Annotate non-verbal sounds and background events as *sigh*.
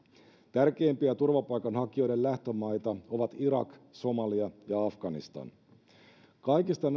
tärkeimpiä turvapaikanhakijoiden lähtömaita ovat irak somalia ja afganistan kaikista *unintelligible*